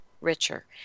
richer